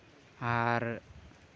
ᱟᱨ